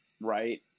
right